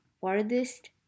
farthest